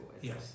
Yes